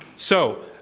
so,